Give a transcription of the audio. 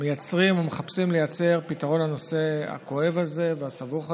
מייצרים ומחפשים לייצר פתרון לנושא הכואב הזה והסבוך הזה.